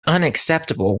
unacceptable